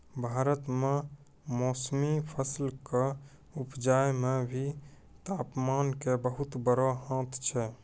भारत मॅ मौसमी फसल कॅ उपजाय मॅ भी तामपान के बहुत बड़ो हाथ छै